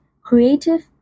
creative